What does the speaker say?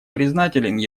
признателен